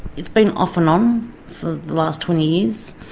it's been off and on for the last twenty years.